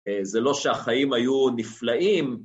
זה לא שהחיים היו נפלאים